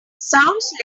sounds